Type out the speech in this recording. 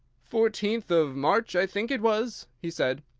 fourteenth of march, i think it was, he said.